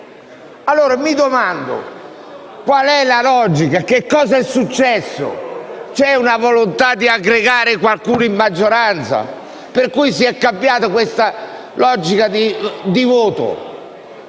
Allora mi domando qual è la logica? Che cosa è successo? C'è la volontà di aggregare qualcuno in maggioranza per cui si è cambiata questa logica di voto?